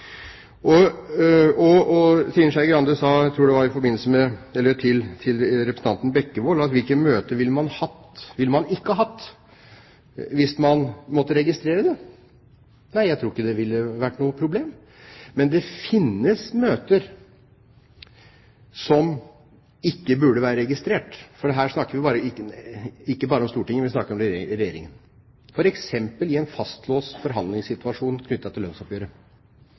slik det er. Trine Skei Grande sa, jeg tror det var til representanten Bekkevold: Hvilke møter ville man ikke hatt hvis man måtte registrere det? Jeg tror ikke det ville vært noe problem. Men det finnes møter som ikke burde være registrert, for her snakker vi ikke bare om Stortinget, vi snakker også om regjeringen, f.eks. i en fastlåst forhandlingssituasjon knyttet til lønnsoppgjøret.